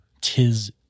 Tis